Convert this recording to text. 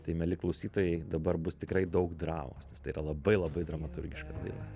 tai mieli klausytojai dabar bus tikrai daug dramos nes tai yra labai labai dramaturgiška daina